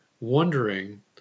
wondering